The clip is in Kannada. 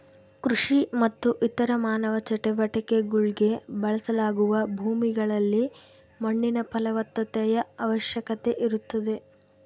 ಕೃಷಿ ಮತ್ತು ಇತರ ಮಾನವ ಚಟುವಟಿಕೆಗುಳ್ಗೆ ಬಳಸಲಾಗುವ ಭೂಮಿಗಳಲ್ಲಿ ಮಣ್ಣಿನ ಫಲವತ್ತತೆಯ ಅವಶ್ಯಕತೆ ಇರುತ್ತದೆ